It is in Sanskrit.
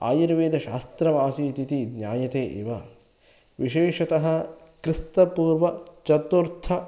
आयुर्वेदशास्त्रमासीत् इति ज्ञायते एव विशेषतः क्रिस्तपूर्वचतुर्थ